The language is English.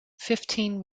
fifteen